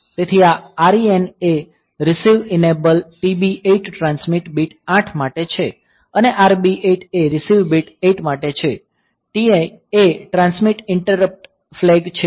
તેથી આ REN એ receive enable TB 8 transmit bit 8 માટે છે અને RB8 એ રીસીવ બીટ 8 માટે છે TI એ ટ્રાન્સમિટ ઇન્ટરપ્ટ ફ્લેગ છે